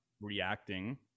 reacting